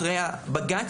אחרי בג"ץ